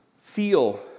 feel